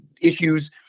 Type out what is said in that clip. issues